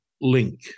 link